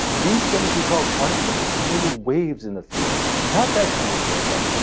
these things we call particles are merely waves in the field not that kind of field though.